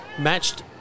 Matched